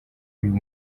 uyu